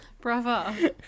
Bravo